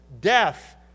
Death